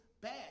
bad